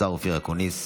השר אופיר אקוניס.